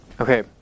Okay